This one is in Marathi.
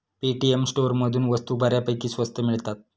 पेटीएम स्टोअरमधून वस्तू बऱ्यापैकी स्वस्त मिळतात